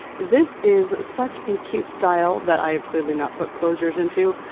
this is such a cute style that i have clearly not put closures into.